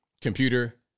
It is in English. computer